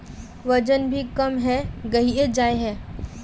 वजन भी कम है गहिये जाय है?